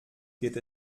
geht